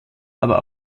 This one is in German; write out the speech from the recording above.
aber